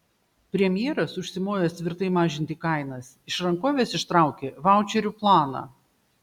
premjeras užsimojęs tvirtai mažinti kainas iš rankovės ištraukė vaučerių planą